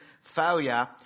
failure